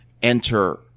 Enter